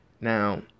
Now